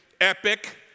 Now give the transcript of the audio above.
epic